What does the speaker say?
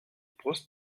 post